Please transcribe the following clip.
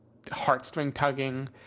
heartstring-tugging